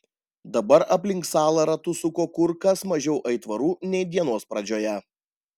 dabar aplink salą ratus suko kur kas mažiau aitvarų nei dienos pradžioje